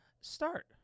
start